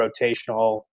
rotational